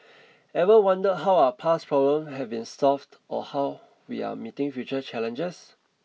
ever wondered how our past problems have been solved or how we are meeting future challenges